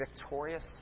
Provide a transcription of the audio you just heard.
victorious